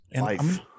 Life